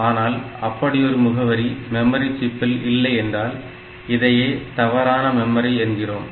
ஆனால் அப்படி ஒரு முகவரி மெமரி சிப்பில் இல்லை என்றால் இதையே தவறான மெமரி என்கிறோம்